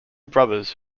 brothers